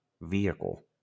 vehicle